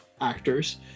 actors